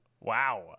Wow